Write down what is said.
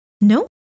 No